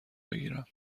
بگیرم